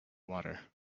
water